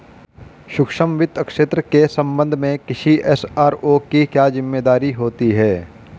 सूक्ष्म वित्त क्षेत्र के संबंध में किसी एस.आर.ओ की क्या जिम्मेदारी होती है?